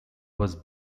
was